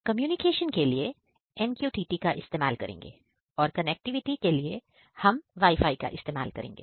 communication के लिए MQTT का इस्तेमाल करेंगे और कनेक्टिविटी के लिए हम WIFI का इस्तेमाल करेंगे